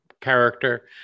character